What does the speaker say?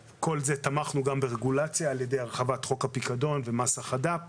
תמכנו גם ברגולציה על ידי הרחבת חוק הפיקדון ומס החד"פ.